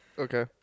Okay